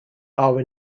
are